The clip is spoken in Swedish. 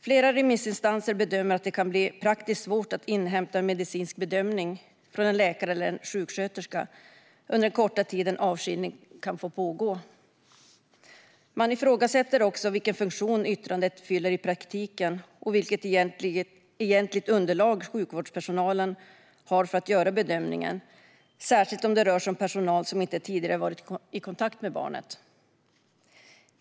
Flera remissinstanser bedömer att det kan bli praktiskt svårt att inhämta en medicinsk bedömning från en läkare eller en sjuksköterska under den korta tid en avskiljning kan pågå. Man ifrågasätter också vilken funktion yttrandet fyller i praktiken och vilket egentligt underlag sjukvårdspersonalen har för att göra bedömningen, särskilt om det rör sig om personal som inte tidigare har varit i kontakt med barnet.